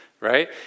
right